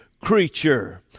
creature